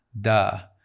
duh